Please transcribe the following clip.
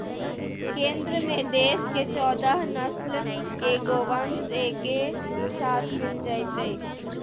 केंद्र में देश के चौदह नस्ल के गोवंश एके साथ मिल जयतय